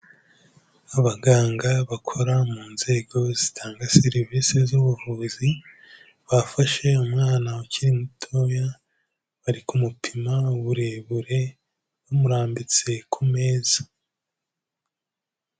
Abaganga bakora mu nzego zitanga serivisi z'ubuvuzi bafashe umwana ukiri mutoya bari ku mupima uburebure bamurambitse ku meza.